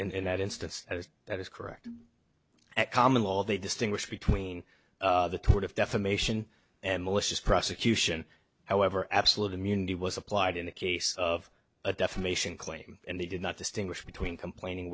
in that instance that is correct and common law they distinguish between the tort of defamation and malicious prosecution however absolute immunity was applied in the case of a defamation claim and they did not distinguish between complaining